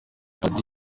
yagize